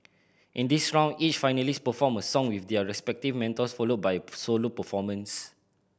in this round each finalist performed a song with their respective mentors followed by solo performance